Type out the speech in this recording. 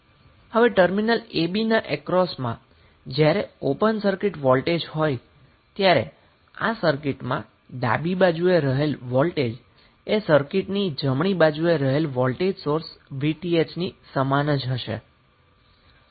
હવે terminal a b ના અક્રોસમાં જ્યારે ઓપન સર્કિટ વોલ્ટેજ હોય ત્યારે આ સર્કિટમાં ડાબી બાજુએ રહેલા વોલ્ટેજ એ સર્કિંટની જમણી બાજુ એ રહેલા વોલ્ટેજ સોર્સ Vthને સમાન જ હશે